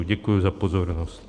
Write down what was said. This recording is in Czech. Děkuji za pozornost.